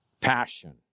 passion